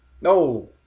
No